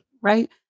Right